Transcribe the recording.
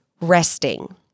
resting